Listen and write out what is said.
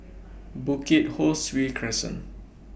Bukit Ho Swee Crescent